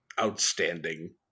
outstanding